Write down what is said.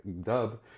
dub